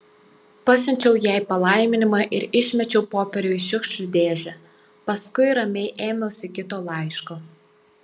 pasiunčiau jai palaiminimą ir išmečiau popierių į šiukšlių dėžę paskui ramiai ėmiausi kito laiško